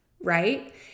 right